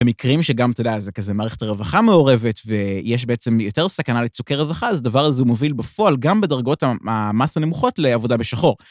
במקרים שגם, אתה יודע, זה כזה מערכת הרווחה מעורבת, ויש בעצם יותר סכנה לצוקי רווחה, אז דבר אז הוא מוביל בפועל גם בדרגות המס הנמוכות לעבודה בשחור.